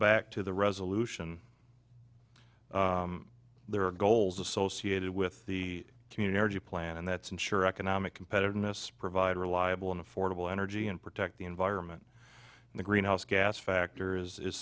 back to the resolution there are goals associated with the community plan and that's ensure economic competitiveness provide reliable and affordable energy and protect the environment the greenhouse gas factor is